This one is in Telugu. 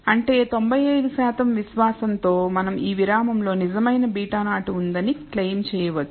అంటే 95 శాతం విశ్వాసంతో మనం ఈ విరామంలో నిజమైన β0 ఉందని క్లెయిమ్ చేయవచ్చు